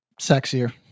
sexier